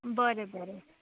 बरें बरें